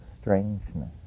strangeness